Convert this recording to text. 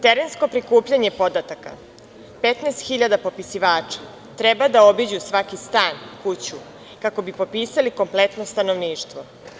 Terensko prikupljanje podataka, 15.000 popisivača treba da obiću svaki stan, kuću kako bi popisali kompletno stanovništvo.